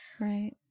Right